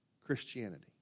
Christianity